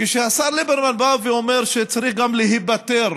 כשהשר ליברמן בא ואומר שצריך גם להיפטר